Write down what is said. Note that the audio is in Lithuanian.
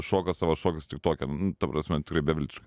šoka savo šokius tiktoke nu ta prasme tikrai beviltiška